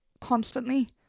constantly